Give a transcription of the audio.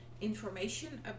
information